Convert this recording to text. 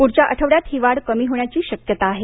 पुढच्या आठवड्यात ही वाढ कमी होण्याची शक्यता आहे